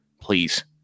please